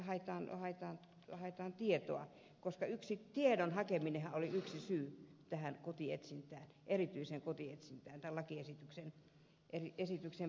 ehkä siinä haetaan tietoa koska tiedon hakeminenhan oli yksi syy tähän erityiseen kotietsintään tämän lakiesityksen perusteella